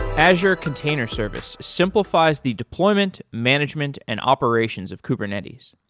azure container service simplifies the deployment, management and operations of kubernetes.